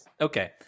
okay